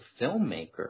filmmaker